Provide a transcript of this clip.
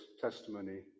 testimony